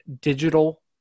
digital